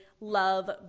love